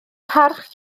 parch